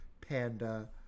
panda